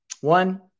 One